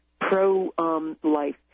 pro-life